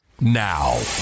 now